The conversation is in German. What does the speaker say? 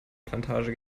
plantage